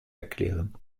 erklären